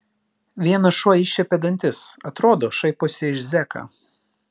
vienas šuo iššiepė dantis atrodo šaiposi iš zeką